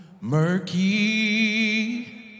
murky